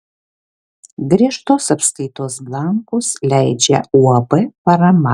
griežtos apskaitos blankus leidžia uab parama